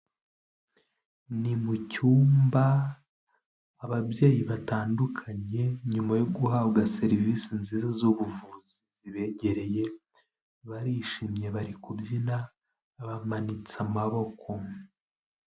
Ni mu cyumba, ababyeyi batandukanye nyuma yo guhabwa serivisi nziza zubuvuzi zibegereye, barishimye bari kubyina, bamanitse amaboko.